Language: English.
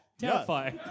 Terrifying